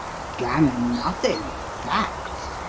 gammon nothing! facts!